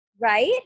Right